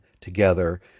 together